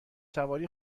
سواری